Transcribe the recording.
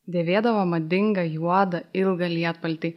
dėvėdavo madingą juodą ilgą lietpaltį